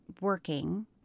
working